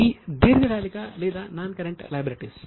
ఇవి దీర్ఘకాలిక లేదా నాన్ కరెంట్ లయబిలిటీస్